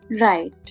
Right